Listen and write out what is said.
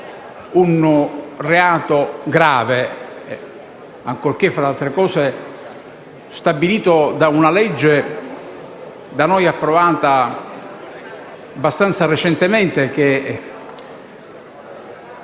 un reato grave, ancorché, fra le altre cose, sia stato stabilito da una legge da noi approvata abbastanza recentemente, che